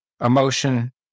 emotion